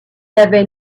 avait